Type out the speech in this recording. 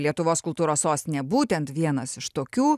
lietuvos kultūros sostinė būtent vienas iš tokių